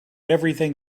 everything